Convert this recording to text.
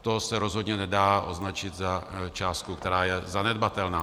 To se rozhodně nedá označit za částku, která je zanedbatelná.